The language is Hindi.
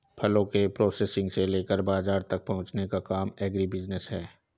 फलों के प्रोसेसिंग से लेकर बाजार तक पहुंचने का काम एग्रीबिजनेस है